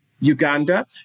Uganda